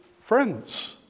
Friends